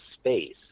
space